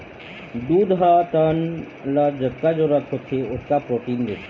दूद ह तन ल जतका जरूरत होथे ओतका प्रोटीन देथे